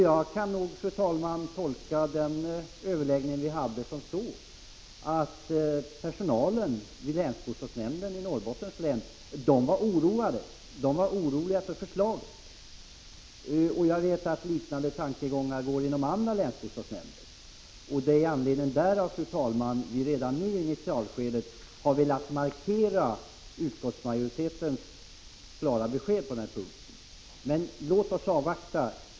Jag tolkar, fru talman, den överläggning som vi hade så, att personalen vid länsbostadsnämnden i Norrbottens län var orolig för förslaget. Jag vet att liknande tankegångar finns i andra länsbostadsnämnder. Det är av denna anledning, fru talman, som vi redan nu, i initialskedet, har velat markera utskottsmajoritetens klara besked när det gäller försöksverksamheten.